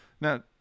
Now